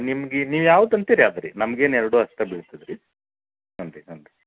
ನಿಮ್ಗೆ ನೀವು ಯಾವ್ದು ಅಂತೀರಿ ಅದು ರೀ ನಮ್ಗೇನು ಎರಡೂ ಅಷ್ಟೇ ಬೀಳ್ತದೆ ರೀ ಹ್ಞೂ ರೀ ಹ್ಞೂ ರೀ